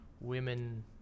women